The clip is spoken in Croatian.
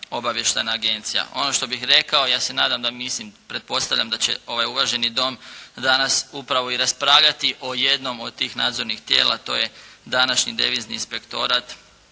Obavještajna agencija. Ono što bih rekao, ja se nadam da, mislim, pretpostavljam da će ovaj uvaženi Dom danas upravo i raspravljati o jednom od tih nadzornih tijela, to je današnji Devizni inspektorat